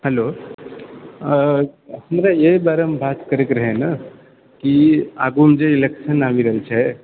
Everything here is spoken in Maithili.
हेलो हमरा एहि बारेमे बात करैके रहै ने कि आगूमे जे इलेक्शन आबि रहल छै